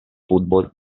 fútbol